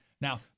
Now